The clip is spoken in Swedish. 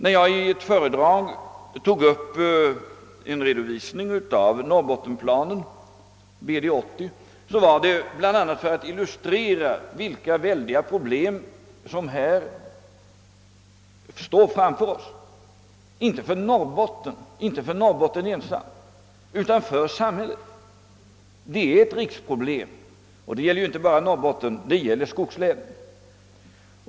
När jag i ett föredrag för en tid sedan lämnade en redovisning för norrbottensplanen BD-80 var det bl.a. för att illustrera vilka oerhörda problem som väntar oss och som gäller inte bara Norrbotten utan skogslänen över huvud taget.